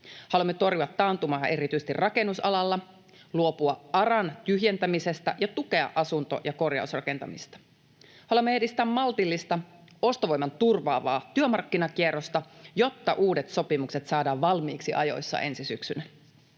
Haluamme torjua taantumaa erityisesti rakennusalalla, luopua ARAn tyhjentämisestä ja tukea asunto- ja korjausrakentamista. Haluamme edistää maltillista ostovoiman turvaavaa työmarkkinakierrosta, jotta uudet sopimukset saadaan valmiiksi ajoissa ensi syksynä.